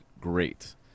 great